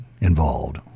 involved